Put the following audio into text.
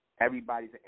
Everybody's